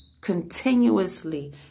continuously